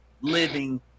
living